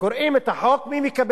אני בטוח שהוא חוזר מייד.